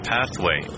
Pathway